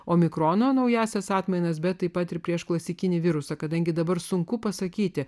o mikrono naująsias atmainas bet taip pat ir prieš klasikinį virusą kadangi dabar sunku pasakyti